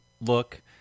look